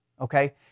Okay